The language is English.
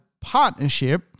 partnership